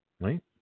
Right